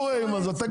יש